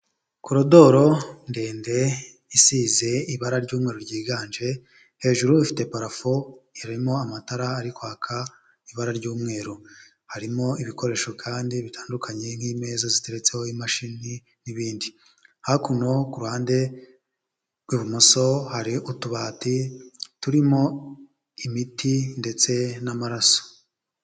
Korodoro ndende isize ibara ry'umweru ryiganje, hejuru ifite parafu irimo amatara ari kwaka ibara ry'umweru, harimo ibikoresho kandi bitandukanye nk'imeza ziteretseho imashini n'ibindi. Hakuno ku ruhande rw'ibumoso hari utubati turimo imiti ndetse n'amaraso.